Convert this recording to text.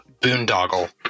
boondoggle